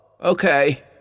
Okay